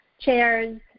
chairs